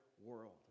world